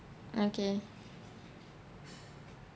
okay